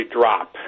drop